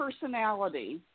personality